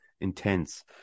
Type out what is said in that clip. intense